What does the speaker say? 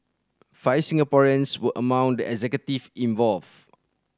five Singaporeans were among the executive involved